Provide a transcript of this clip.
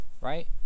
Right